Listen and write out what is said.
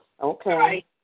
Okay